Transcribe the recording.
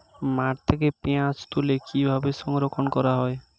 মাঠ থেকে পেঁয়াজ তুলে কিভাবে সংরক্ষণ করা হয়?